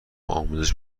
آموزش